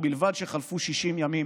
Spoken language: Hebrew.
ובלבד שחלפו 60 ימים